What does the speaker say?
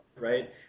right